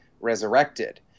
resurrected